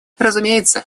разумеется